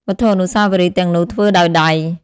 វត្ថុអនុស្សាវរីយ៍ទាំងនោះធ្វើដោយដៃ។